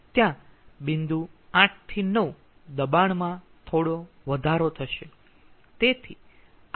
ત્યાં બિંદુ 8 થી બિંદુ 9 દબાણમાં થોડો વધારો થશે